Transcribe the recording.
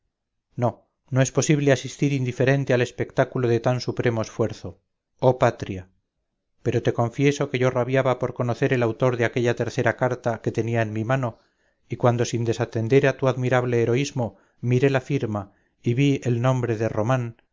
no no es posible asistir indiferente al espectáculo de tan supremo esfuerzo oh patria pero te confieso que yo rabiaba por conocer el autor de aquella tercera carta que tenía en mi mano y cuando sin desatender a tu admirable heroísmo miré la firma y vi el nombre de román